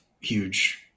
huge